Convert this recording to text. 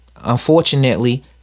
unfortunately